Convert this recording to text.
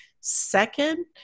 Second